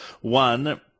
one